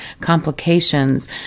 complications